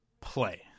play